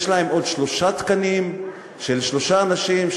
יש להם עוד שלושה תקנים של שלושה אנשים,